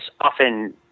often